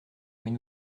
mais